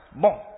Bon